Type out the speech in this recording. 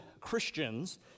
Christians